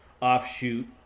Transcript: offshoot